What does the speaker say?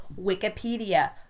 Wikipedia